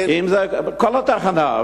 כל התחנה,